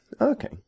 okay